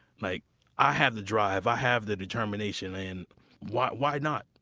like i have the drive, i have the determination. and why why not?